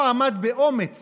הוא עמד באומץ